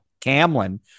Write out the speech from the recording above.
camlin